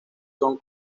son